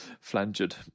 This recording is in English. Flanged